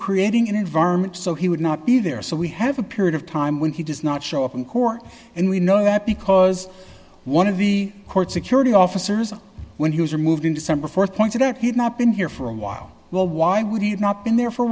creating an environment so he would not be there so we have a period of time when he does not show up in court and we know that because one of the court security officers when he was removed in december th pointed out he had not been here for a while well why would he have not been there for a